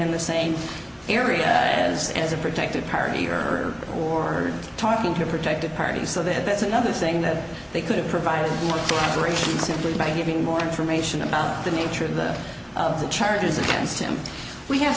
in the same area as a protected party or who are talking to protected parties so that that's another thing that they could have provided for free simply by giving more information about the nature of the of the charges against him we have